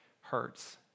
hurts